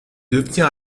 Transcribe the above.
devenir